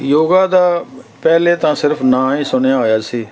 ਯੋਗਾ ਦਾ ਪਹਿਲੇ ਤਾਂ ਸਿਰਫ ਨਾਂ ਹੀ ਸੁਣਿਆ ਹੋਇਆ ਸੀ